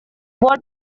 what